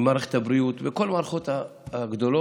במערכת הבריאות, בכל המערכות הגדולות.